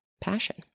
passion